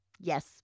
Yes